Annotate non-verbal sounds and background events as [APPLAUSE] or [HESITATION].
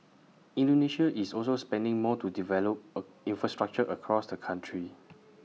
Indonesia is also spending more to develop [HESITATION] infrastructure across the country